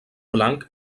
blanc